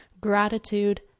gratitude